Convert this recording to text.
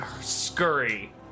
scurry